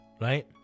right